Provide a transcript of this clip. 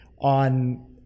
on